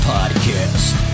Podcast